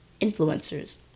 influencers